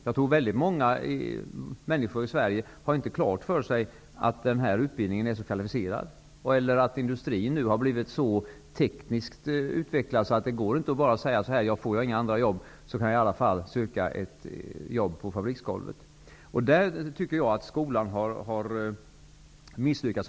Jag tror att väldigt många människor i Sverige inte har klart för sig att denna utbildning är så kvalificerad eller att industrin nu har blivit så tekniskt utvecklad att det inte går att säga att får jag inga andra jobb kan jag i alla fall söka ett jobb på fabriksgolvet. Där har skolan misslyckats.